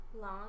Long